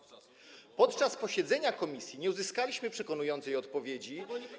Podczas posiedzenia komisji nie uzyskaliśmy przekonującej odpowiedzi.